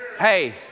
Hey